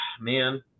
man